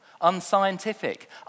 unscientific